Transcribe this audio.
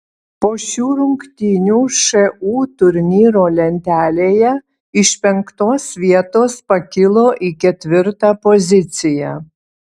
po šių rungtynių šu turnyro lentelėje iš penktos vietos pakilo į ketvirtą poziciją